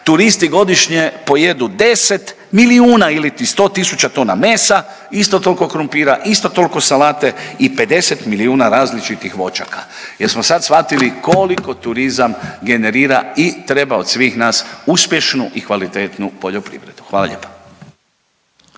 turisti godišnje pojedu 10 milijuna iliti 100 tisuća tona mesa, isto tolko krumpira, isto tolko salate i 50 milijuna različitih voćaka. Jel smo sad shvatili koliko turizam generira i treba od svih nas uspješnu i kvalitetnu poljoprivredu? Hvala lijepa.